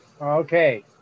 Okay